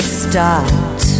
start